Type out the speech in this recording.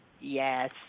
Yes